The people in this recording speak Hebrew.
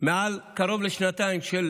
ומעל קרוב לשנתיים של